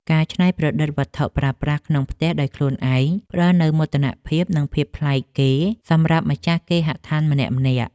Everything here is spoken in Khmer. ការច្នៃប្រឌិតវត្ថុប្រើប្រាស់ក្នុងផ្ទះដោយខ្លួនឯងផ្ដល់នូវមោទនភាព និង ភាពប្លែកគេសម្រាប់ម្ចាស់គេហដ្ឋានម្នាក់ៗ។